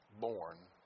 born